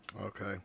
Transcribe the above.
Okay